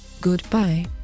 Goodbye